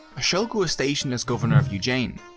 ashoka was stationed as governor of ujjain,